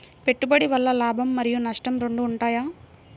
పెట్టుబడి వల్ల లాభం మరియు నష్టం రెండు ఉంటాయా?